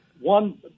One